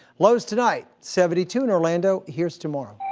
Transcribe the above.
lows tonight, seventy two in orlando. here's tomorrow.